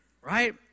right